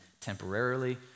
temporarily